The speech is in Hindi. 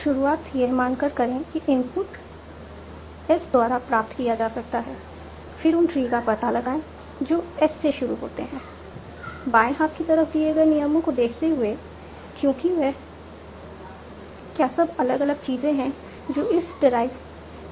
तो एक शुरुआत यह मानकर करें कि इनपुट एस द्वारा प्राप्त किया जा सकता है फिर उन ट्री का पता लगाएं जो एस से शुरू होते हैं बाएं हाथ की तरफ दिए गए नियमों को देखते हुए क्योंकि वह क्या सब अलग अलग चीजें हैं जो एस डेराइव कर सकता है